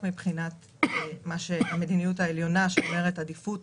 מבחינת המדיניות העליונה שאומרת עדיפות